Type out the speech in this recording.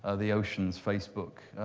ah the ocean's facebook.